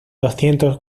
doscientos